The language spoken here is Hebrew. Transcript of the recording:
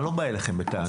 אני לא בא אליכם בטענות.